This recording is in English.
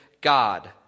God